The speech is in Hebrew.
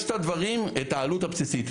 יש את הדברים, את העלות הבסיסית.